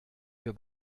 für